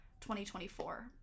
2024